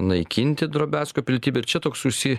naikinti drobesko pilietybę ir čia toks užsi